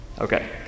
Okay